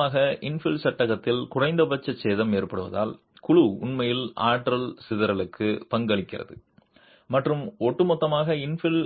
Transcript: ஒட்டுமொத்தமாக இன்ஃபில் சட்டகத்தில் குறைந்தபட்ச சேதம் ஏற்படுவதால் குழு உண்மையில் ஆற்றல் சிதறலுக்கு பங்களிக்கிறது மற்றும் ஒட்டுமொத்தமாக இன்ஃபில்